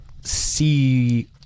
see